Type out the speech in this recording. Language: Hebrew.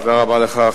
תודה רבה לך,